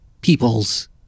peoples